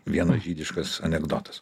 vienas žydiškas anekdotas